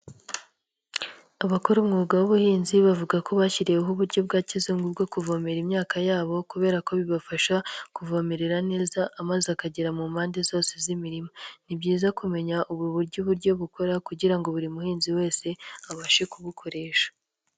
Abakora umwuga w'ubuhinzi, bavuga ko bashyiriweho uburyo bwa kizungu bwo kuvomerara imyaka yabo, kubera ko bibafasha kuvomerera neza amazi akagera mu mpande zose z'imirimi. Ni byiza kumenya ubu buryo uburyo bukora, kugira ngo buri muhinzi wese abashe kubukoresha.